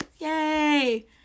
Yay